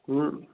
اۭں